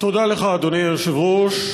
תודה לך, אדוני היושב-ראש.